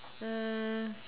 um